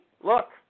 Look